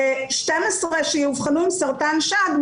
12 שיאובחנו עם סרטן שד,